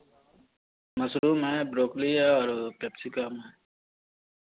mushroom है broccoli है और केप्सिकम है